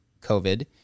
COVID